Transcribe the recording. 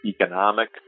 economic